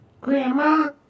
Grandma